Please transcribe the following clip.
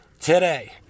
today